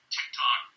TikTok